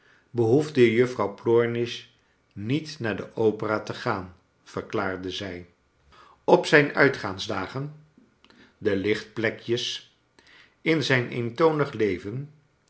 behoefde juffrouw plornish niet naar de opera te gaan verklaarde zij op zijn uitgaansdagen de lichtplekjes in zijn eentonig leven